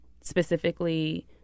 specifically